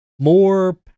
more